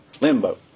Limbo